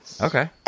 okay